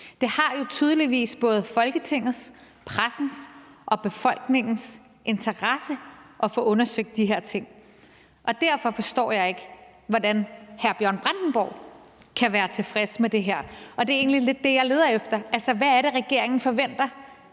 Det har jo tydeligvis både Folketingets, pressens og befolkningens interesse at få undersøgt de her ting. Derfor forstår jeg ikke, hvordan hr. Bjørn Brandenborg kan være tilfreds med det her. Og det er egentlig lidt det, jeg leder efter. Altså, hvad er det, regeringen forventer